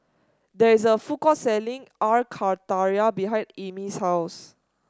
there is a food court selling Air Karthira behind Amey's house